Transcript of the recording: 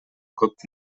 көп